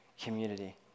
community